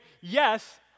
yes